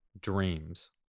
Dreams